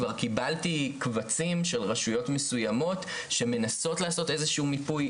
כבר קיבלתי קבצים של רשויות מסוימות שמנסות לעשות איזה שהוא מיפוי.